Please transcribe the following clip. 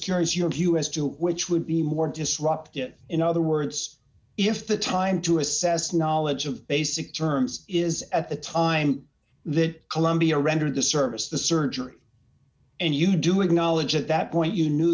curious your view as to which would be more disruptive in other words if the time to assess knowledge of basic terms is at the time that columbia rendered the service the surgery and you do acknowledge at that point you knew